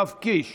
אנחנו עוברים